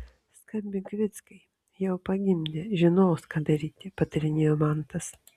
skambink vyckai jau pagimdė žinos ką daryti patarinėjo mantas